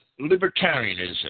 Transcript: libertarianism